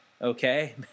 okay